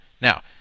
Now